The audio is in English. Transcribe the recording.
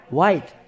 White